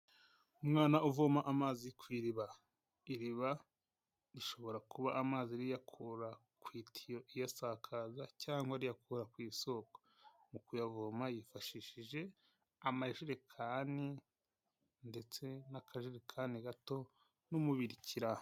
Umwana uvoma amazi ku iriba. Iriba rishobora kuba amazi riyakura ku itiyo iyasakaza cyangwa riyakura ku isoko. Mu kuyavoma yifashishije amajerekani ndetse n'akajerekani gato n'umubirikira.